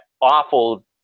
awful